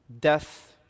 death